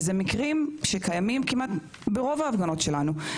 ואלה מקרים שקיימים כמעט ברוב ההפגנות שלנו.